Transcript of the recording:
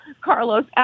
Carlos